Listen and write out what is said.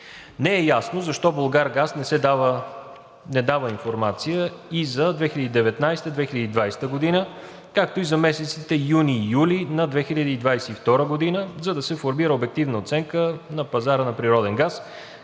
Не е ясно защо „Булгаргаз“ не дава информация и за 2019 г. и 2020 г., както и за месеците юни и юли на 2022 г., за да се формира обективна оценка на пазара на природен газ,